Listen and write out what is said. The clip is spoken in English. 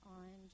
on